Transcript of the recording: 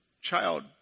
child